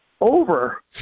over